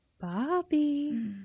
Bobby